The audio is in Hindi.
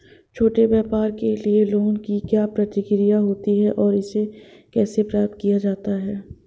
छोटे व्यापार के लिए लोंन की क्या प्रक्रिया होती है और इसे कैसे प्राप्त किया जाता है?